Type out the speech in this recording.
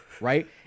right